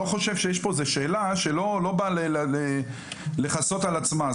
חושב שיש פה איזה שאלה שלא באה לחסות על עצמה,